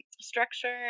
structure